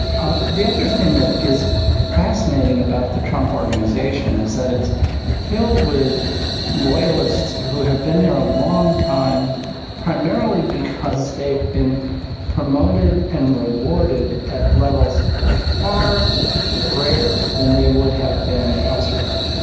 ah the other thing that is fascinating about the trump organization is that it's filled with loyalists who have been there a long time primarily because they've been promoted and rewarded at levels far greater than they would have been elsewhere.